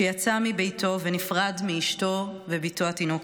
שיצא מביתו ונפרד מאשתו ובתו התינוקת.